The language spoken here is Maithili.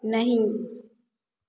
नहि